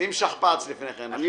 שים שכפ"ץ לפני כן.